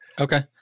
Okay